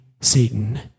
Satan